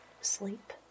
sleep